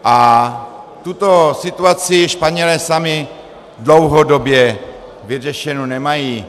A tuto situaci Španělé sami dlouhodobě vyřešenu nemají.